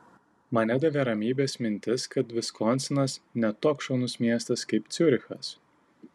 man nedavė ramybės mintis kad viskonsinas ne toks šaunus miestas kaip ciurichas